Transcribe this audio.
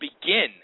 begin